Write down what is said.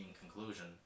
conclusion